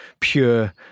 pure